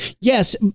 Yes